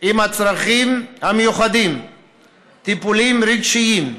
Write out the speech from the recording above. עם הצרכים המיוחדים טיפולים רגשיים,